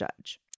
judge